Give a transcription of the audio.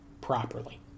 properly